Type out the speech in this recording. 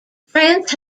france